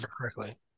correctly